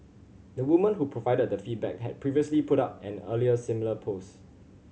the woman who provided the feedback had previously put up an earlier similar post